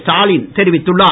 ஸ்டாலின் தெரிவித்துள்ளார்